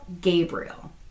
Gabriel